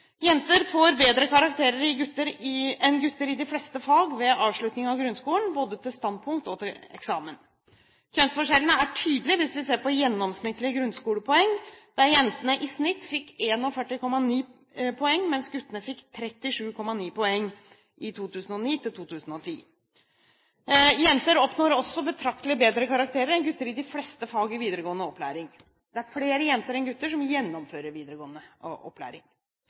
Jenter får bedre karakterer enn gutter i de fleste fag ved avslutning av grunnskolen, både til standpunkt og til eksamen. Kjønnsforskjellen er tydelig hvis vi ser på gjennomsnittlige grunnskolepoeng, der jentene i snitt fikk 41,9 poeng, mens guttene fikk 37,9 poeng i 2009–2010. Jenter oppnår også betraktelig bedre karakterer enn gutter i de fleste fag i videregående opplæring. Det er flere jenter enn gutter som gjennomfører videregående opplæring.